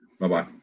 Bye-bye